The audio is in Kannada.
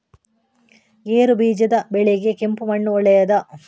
ಗೇರುಬೀಜದ ಬೆಳೆಗೆ ಕೆಂಪು ಮಣ್ಣು ಒಳ್ಳೆಯದಾ?